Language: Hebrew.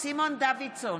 סימון דוידסון,